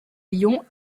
lyon